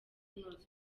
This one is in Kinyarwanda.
kunozwa